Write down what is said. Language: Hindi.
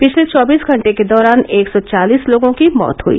पिछले चौबीस घंटे के दौरान एक सौ चालीस लोगों की मौत हुई